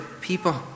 people